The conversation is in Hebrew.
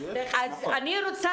אני רוצה